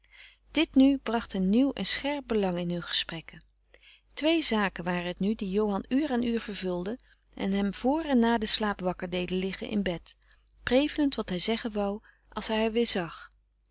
dit nu bracht een nieuw en scherp belang in hun gesprekken twee zaken waren het nu die johan uur aan uur vervulden en hem voor en na den slaap wakker deden liggen in bed prevelend wat hij zeggen wou als hij haar weer zag